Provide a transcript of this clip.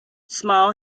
small